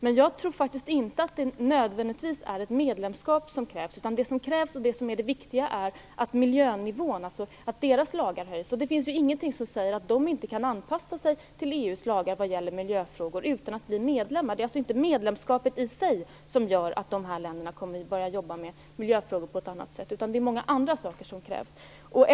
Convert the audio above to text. Men jag tror faktiskt inte att ett medlemskap nödvändigtvis krävs, utan vad som krävs och vad som är viktigt är att miljönivån - det gäller därmed deras lagar - höjs. Ingenting säger att de här länderna inte kan anpassa sig till EU:s lagar i miljöfrågor om de inte blir medlemmar. Medlemskapet i sig gör alltså inte att de här länderna börjar jobba med miljöfrågor på ett annat sätt, utan det är många andra saker som krävs för det.